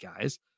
guys